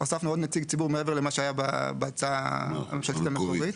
הוספנו עוד נציג ציבור מעבר למה שהיה בהצעה הממשלתית המקורית.